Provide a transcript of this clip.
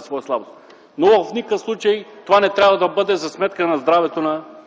своя слабост. Но в никакъв случай това не трябва да бъде за сметка на здравето на